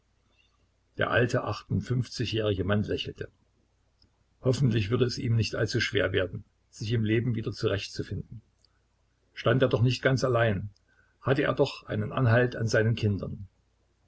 der alte jährige mann lächelte hoffentlich würde es ihm nicht allzu schwer werden sich im leben wieder zurecht zu finden stand er doch nicht ganz allein hatte er doch einen anhalt an seinen kindern